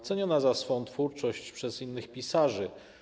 Ceniona za swą twórczość przez innych pisarzy.